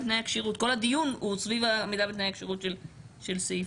הדיון הוא סביב העמידה בתנאי הכשירות של סעיף